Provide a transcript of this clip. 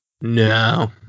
No